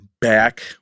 back